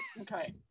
Okay